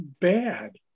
bad